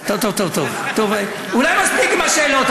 טוב טוב טוב, אולי מספיק עם השאלות?